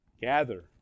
Gather